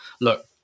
look